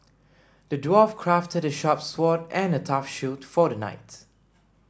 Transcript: the dwarf crafted a sharp sword and a tough shield for the knight